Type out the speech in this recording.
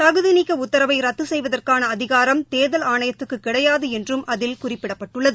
தகுதி நீக்க உத்தரவை ரத்து செய்வதற்கான அதிகாரம் தேர்தரல் ஆணையத்துக்குக் கிடையாது என்றும் அதில் குறிப்பிடப்பட்டுள்ளது